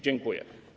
Dziękuję.